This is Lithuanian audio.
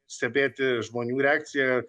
stebėti žmonių reakciją